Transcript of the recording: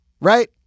Right